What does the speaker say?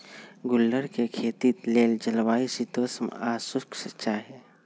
गुल्लर कें खेती लेल जलवायु शीतोष्ण आ शुष्क चाहि